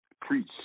preach